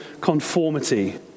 conformity